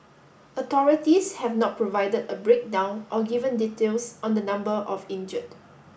authorities have not provided a breakdown or given details on the number of injured